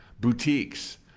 boutiques